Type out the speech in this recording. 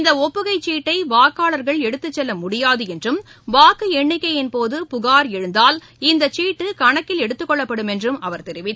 இந்தஒப்புகை சீட்டைவாக்காளர்கள் எடுத்துச் செல்லமுடியாதுஎன்றும் வாக்குஎண்ணிக்கையின் போது புகார் எழுந்தால் இந்தச் சீட்டுகணக்கில் எடுத்துக் கொள்ளப்படும் என்றும் அவர் தெரிவித்தார்